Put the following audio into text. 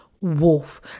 wolf